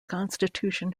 constitution